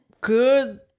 good